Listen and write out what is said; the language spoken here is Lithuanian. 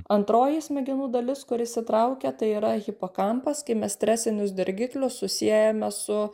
antroji smegenų dalis kuri įsitraukia tai yra hipokampas kai mes stresinius dirgiklius susiejame su